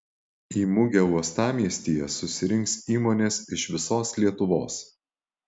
į mugę uostamiestyje susirinks įmonės iš visos lietuvos